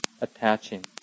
attaching